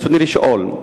ברצוני לשאול: